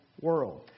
world